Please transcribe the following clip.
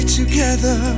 together